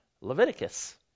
leviticus